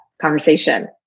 conversation